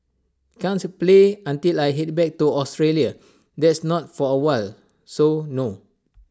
can't play until I Head back to Australia that's not for awhile so no